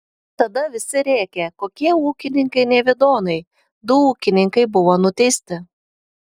tada visi rėkė kokie ūkininkai nevidonai du ūkininkai buvo nuteisti